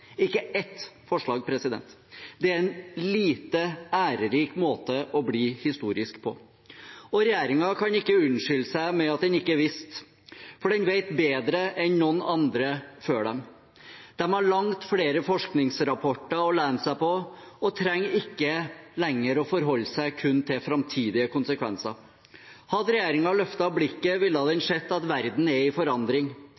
ikke ett forslag! Det er en lite ærerik måte å bli historisk på. Regjeringen kan ikke unnskylde seg med at den ikke visste, for den vet bedre enn noen andre før dem. De har langt flere forskningsrapporter å lene seg på, og de trenger ikke lenger å forholde seg kun til framtidige konsekvenser. Hadde regjeringen løftet blikket, ville